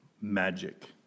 magic